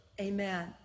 Amen